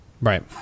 Right